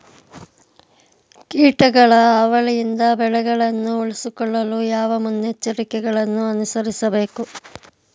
ಕೀಟಗಳ ಹಾವಳಿಯಿಂದ ಬೆಳೆಗಳನ್ನು ಉಳಿಸಿಕೊಳ್ಳಲು ಯಾವ ಮುನ್ನೆಚ್ಚರಿಕೆಗಳನ್ನು ಅನುಸರಿಸಬೇಕು?